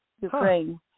Ukraine